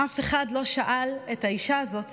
אף אחד לא שאל את האישה הזאת